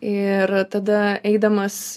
ir tada eidamas